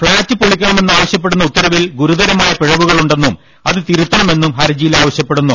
flat പൊളിക്കണമെന്ന് ആവശ്യപ്പെടുന്ന ഉത്തരവിൽ ഗുരുതരമായ പിഴവുകളുണ്ടെന്നും അത് തിരുത്തണമെന്നും ഹരജിയിൽ ആവശ്യപ്പെടുന്നു